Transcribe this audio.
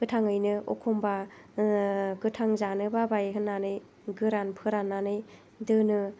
गोथाङैनो एखनबा गोथां जानो बाबाय होननानै गोरान फोराननानै दोनो